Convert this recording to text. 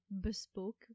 bespoke